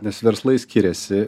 nes verslai skiriasi